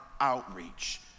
outreach